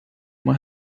uma